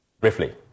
briefly